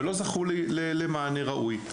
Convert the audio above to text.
ולא זכו למענה ראוי.